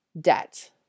debt